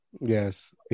Yes